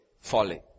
folly